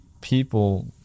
people